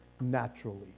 naturally